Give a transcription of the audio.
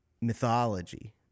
mythology